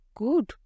good